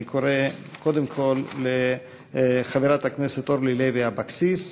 אני קורא קודם כול לחברת הכנסת אורלי לוי אבקסיס,